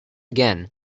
again